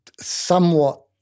Somewhat